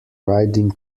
riding